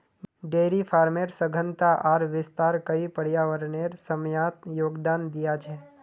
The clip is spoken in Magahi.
डेयरी फार्मेर सघनता आर विस्तार कई पर्यावरनेर समस्यात योगदान दिया छे